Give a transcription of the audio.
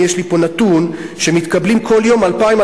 יש לי נתון שמתקבלים כל יום 2,000,